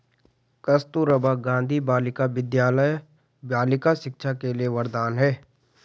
कस्तूरबा गांधी बालिका विद्यालय बालिका शिक्षा के लिए वरदान है